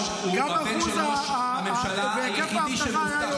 הוא הבן של ראש הממשלה ---- גם אחוז והיקף האבטחה היה יורד.